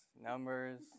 Numbers